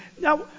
now